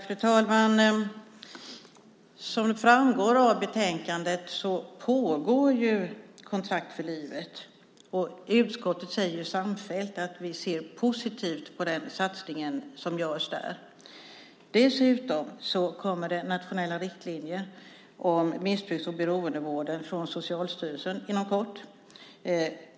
Fru talman! Som framgår av betänkandet pågår Ett kontrakt för livet, och utskottet säger samfällt att vi ser positivt på denna satsning. Dessutom kommer det nationella riktlinjer om missbrukar och beroendevården från Socialstyrelsen inom kort.